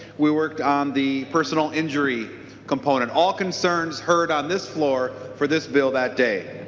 we worked on the personal injury component. all concerns heard on this floor for this bill that day.